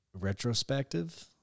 retrospective